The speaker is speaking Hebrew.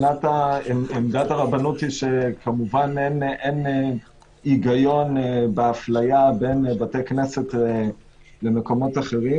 עמדת הרבנות היא שכמובן אין היגיון באפליה בין בתי כנסת למקומות אחרים,